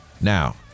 Now